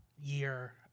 year